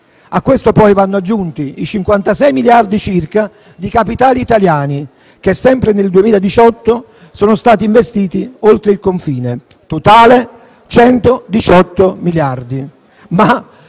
a questo poi vanno aggiunti i 56 miliardi circa di capitali italiani che, sempre nel 2018, sono stati investiti oltre confine, per un totale di 118 miliardi.